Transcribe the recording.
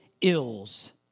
ills